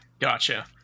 Gotcha